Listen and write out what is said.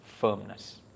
firmness